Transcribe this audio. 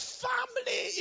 family